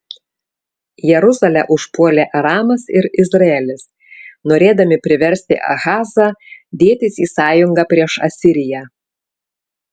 jeruzalę užpuolė aramas ir izraelis norėdami priversti ahazą dėtis į sąjungą prieš asiriją